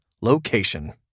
location